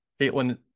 Caitlin